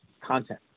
content